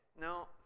no